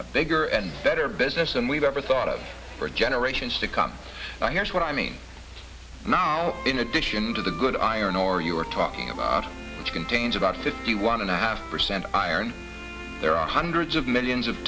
a bigger and better business and we've ever thought of for generations to come by here's what i mean now in addition to the good iron ore you're talking about which contains about fifty one and a half percent iron there are hundreds of millions of